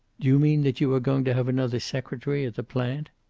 do you mean that you are going to have another secretary at the plant?